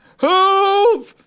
Help